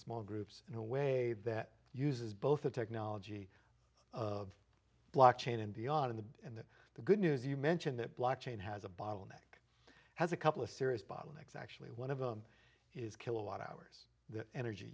small groups in a way that uses both the technology of block chain and beyond in the end the good news you mention that black chain has a bottleneck has a couple a serious bottlenecks actually one of them is kilowatt hours the energy